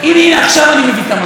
הינה, הינה, עכשיו אני מביא את המכה.